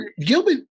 Gilbert